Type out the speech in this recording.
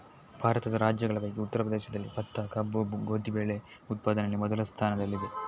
ಭಾರತದ ರಾಜ್ಯಗಳ ಪೈಕಿ ಉತ್ತರ ಪ್ರದೇಶದಲ್ಲಿ ಭತ್ತ, ಕಬ್ಬು, ಗೋಧಿ ಬೆಳೆ ಉತ್ಪಾದನೆಯಲ್ಲಿ ಮೊದಲ ಸ್ಥಾನದಲ್ಲಿದೆ